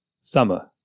Summer